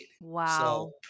Wow